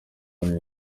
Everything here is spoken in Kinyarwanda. muri